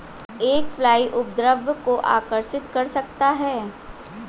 एक फ्लाई उपद्रव को आकर्षित कर सकता है?